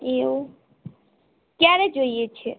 એવું ક્યારે જોઈએ છે